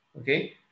okay